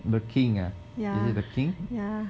yeah yeah